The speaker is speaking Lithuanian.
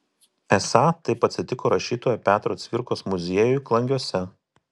esą taip atsitiko rašytojo petro cvirkos muziejui klangiuose